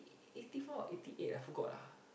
eight four or eighty eight I forgot ah